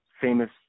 famous